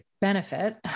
benefit